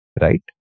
Right